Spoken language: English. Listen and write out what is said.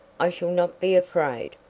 i shall not be afraid.